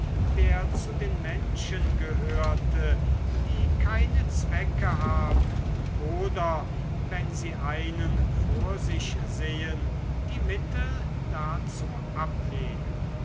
der zu den menschen gehörte die keine zwecke haben oder wenn sie einen vor sich sehen die mittel dazu ablehnen